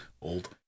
old